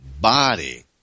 body